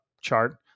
chart